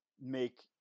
make